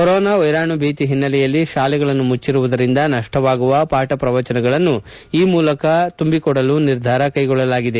corona ವೈರಾಣು ಭೀತಿ ಓನ್ನೆಲೆಯಲ್ಲಿ ತಾಲೆಗಳನ್ನು ಮುಚ್ಚರುವುದರಿಂದ ನಪ್ಸವಾಗುವ ಪಾಕ ಪ್ರವಚನಗಳನ್ನು ಈ ಮೂಲಕ ತುಂಬಿಕೊಡಲು ಈ ನಿರ್ಧಾರ ಕ್ಷೆಗೊಳ್ಳಲಾಗಿದೆ